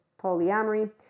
polyamory